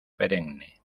perenne